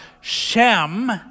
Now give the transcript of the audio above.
Shem